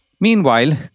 Meanwhile